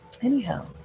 Anyhow